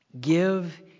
Give